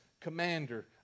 commander